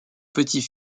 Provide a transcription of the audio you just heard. petit